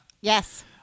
Yes